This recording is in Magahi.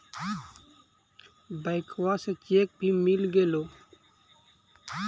बैंकवा से चेक भी मिलगेलो?